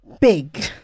big